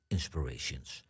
Inspirations